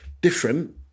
Different